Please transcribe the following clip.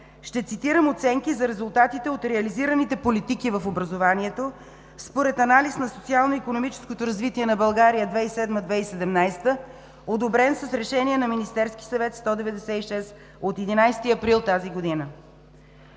ще цитирам оценки за резултатите от реализираните политики в образованието според Анализ на социално-икономическото развитие на България 2007 – 2017 г., одобрен с Решение на Министерския съвет № 196 от 11 април тази година: